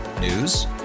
News